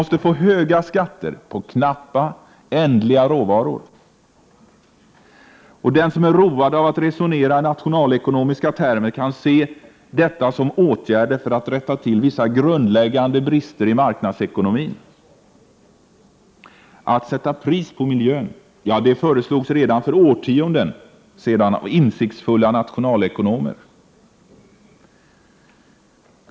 Skatterna på knappa, ändliga råvaror måste vara höga. Den som är road av att resonera i nationalekonomiska termer kan se detta som åtgärder för att rätta till vissa grundläggande brister i marknadsekonomin. Att sätta pris på miljön föreslogs redan för årtionden sedan av insiktsfulla nationalekonomer.